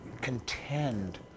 contend